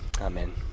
amen